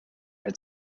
had